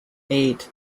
eight